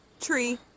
Tree